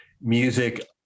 music